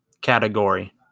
category